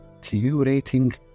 curating